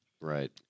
right